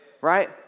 right